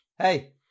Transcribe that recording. hey